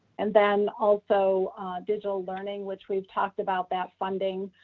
and then also digital learning, which we've talked about that funding,